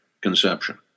conception